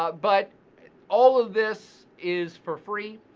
but all of this is for free,